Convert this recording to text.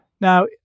Now